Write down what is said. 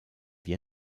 wir